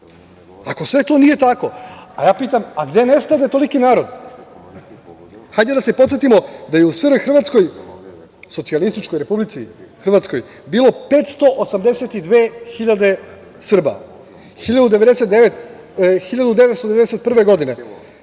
Ako sve to nije tako, ja pitam – gde nestade toliki narod? Hajde da se podsetimo da je u SR Hrvatskoj, Socijalističkoj Republici Hrvatskoj bilo 582 hiljade Srba. Godine